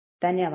ಧನ್ಯವಾದಗಳು